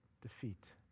defeat